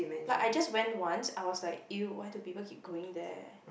but I just went once I was like !eww! what do people keep going there